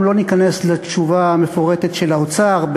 לא ניכנס לתשובה המפורטת של האוצר,